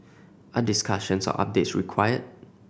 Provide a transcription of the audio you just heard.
are discussions or updates required